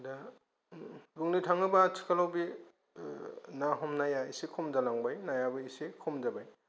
दा बुंनो थाङोबा आथिखालाव बे ओह ना हमनाया एसे खम जालांबाय नायाबो एसे खम जाबाय